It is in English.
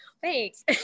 thanks